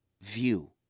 view